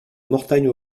mortagne